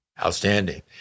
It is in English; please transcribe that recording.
Outstanding